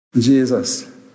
Jesus